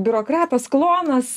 biurokratas klonas